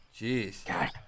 Jeez